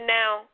now